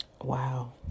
wow